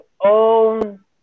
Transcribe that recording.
own